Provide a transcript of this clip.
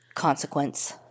consequence